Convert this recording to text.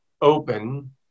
open